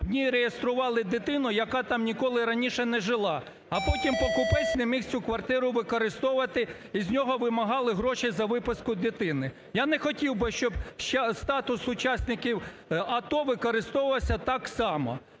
в ній реєстрували дитину, яка там ніколи раніше не жила, а потім покупець не міг цю квартиру використовувати і з нього вимагали гроші за виписку дитини. Я не хотів би, щоб статус учасників АТО використовувався так само.